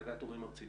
הנהגת ההורים הארצית,